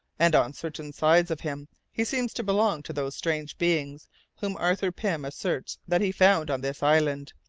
and on certain sides of him he seems to belong to those strange beings whom arthur pym asserts that he found on this island.